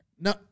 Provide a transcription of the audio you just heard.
No